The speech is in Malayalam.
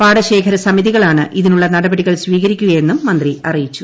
പാടശേഖര സമിതികളാണ് ഇതിനുള്ള നടപടികൾ സ്വീകരിക്കുകയെന്നും മന്ത്രി അറിയിച്ചു